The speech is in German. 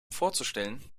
vorzustellen